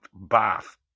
bath